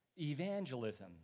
Evangelism